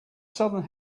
southern